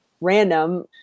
random